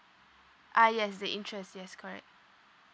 ah yes the interests yes correct